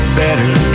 better